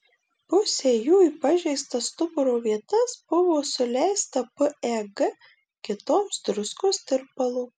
pusei jų į pažeistas stuburo vietas buvo suleista peg kitoms druskos tirpalo